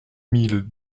mille